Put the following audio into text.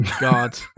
God